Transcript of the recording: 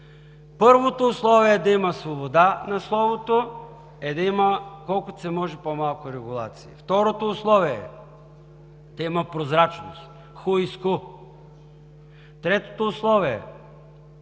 Първото условие да има свобода на словото е да има колкото се може по-малко регулации. Второто условие е да има прозрачност – who is who. Третото условие е